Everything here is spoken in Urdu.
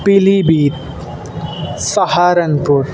پیلی بھیت سہارن پور